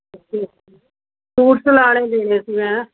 suit ਸਿਲਾਣੇ ਦੇਣੇ ਸੀ ਮੈਂ